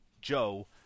Joe